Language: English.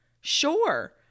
sure